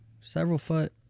several-foot